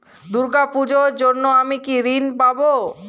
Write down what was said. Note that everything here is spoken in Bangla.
দুর্গা পুজোর জন্য কি আমি ঋণ পাবো?